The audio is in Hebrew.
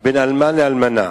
בין אלמן לאלמנה.